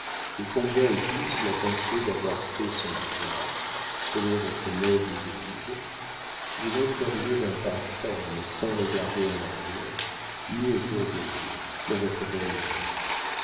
et combien est douce la pensée d'avoir fait son devoir selon votre noble devise vous entreriez d'un pas ferme et sans regarder en arrière ni autour de vous dans votre belle vie